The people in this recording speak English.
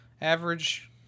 average